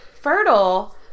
fertile